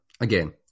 again